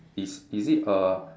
is is it a